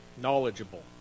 knowledgeable